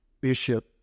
Bishop